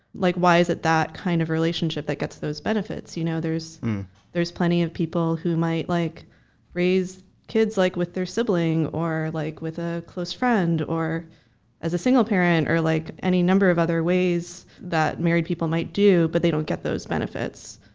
like, why is it that kind of relationship that gets those benefits? you know, there's there's plenty of people who might raise kids, like with their sibling or like with a close friend or as a single parent or, like, any number of other ways that married people might do, but they don't get those benefits.